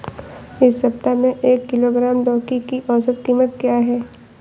इस सप्ताह में एक किलोग्राम लौकी की औसत कीमत क्या है?